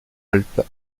alpes